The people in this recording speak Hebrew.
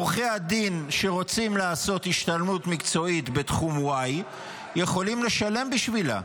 עורכי הדין שרוצים לעשות השתלמות מקצועית בתחום Y יכולים לשלם בשבילה,